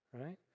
right